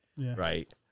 right